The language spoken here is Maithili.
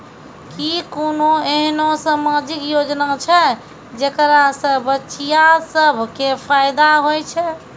कि कोनो एहनो समाजिक योजना छै जेकरा से बचिया सभ के फायदा होय छै?